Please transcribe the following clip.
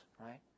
right